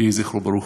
יהי זכרו ברוך.